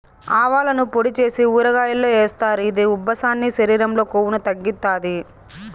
ఆవాలను పొడి చేసి ఊరగాయల్లో ఏస్తారు, ఇది ఉబ్బసాన్ని, శరీరం లో కొవ్వును తగ్గిత్తాది